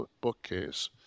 bookcase